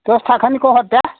दस थाखानिखौ हर दे